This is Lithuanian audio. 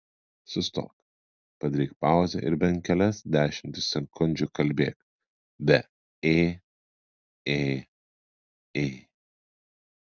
sustok padaryk pauzę ir bent kelias dešimtis sekundžių kalbėk be ė ė ė